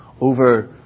over